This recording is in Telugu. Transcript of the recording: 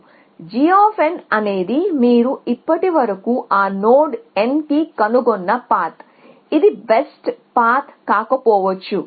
g అనేది మీరు ఇప్పటివరకు ఆ నోడ్ n కి కనుగొన్న పాత్ ఇది బెస్ట్ పాత్ కాకపోవచ్చు